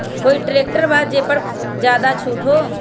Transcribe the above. कोइ ट्रैक्टर बा जे पर ज्यादा छूट हो?